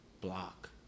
block